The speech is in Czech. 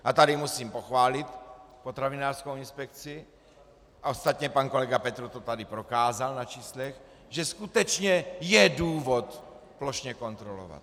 A tady musím pochválit potravinářskou inspekci, a ostatně pan kolega Petrů to tady prokázal na číslech, že skutečně je důvod plošně kontrolovat.